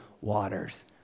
waters